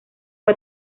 fue